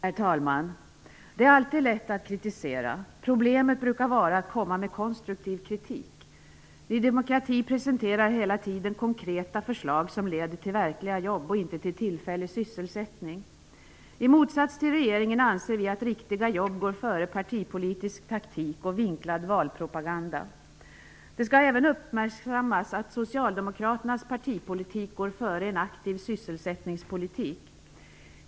Herr talman! Det är alltid lätt att kritisera. Problemet brukar ligga i att komma med konstruktiv kritik. Ny demokrati presenterar hela tiden konkreta förslag, som leder till verkliga jobb och inte till tillfällig sysselsättning. I motsats till regeringen anser vi att riktiga jobb går före partipolitisk taktik och vinklad valpropaganda. Det skall även uppmärksammas att socialdemokraternas partipolitik går före en aktiv sysselsättningspolitik.